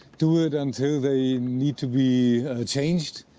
do it until they need to be changed.